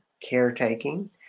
caretaking